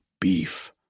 beef